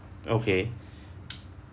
okay